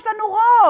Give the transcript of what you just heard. יש לנו רוב.